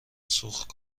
سوخت